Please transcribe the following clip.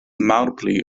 malpli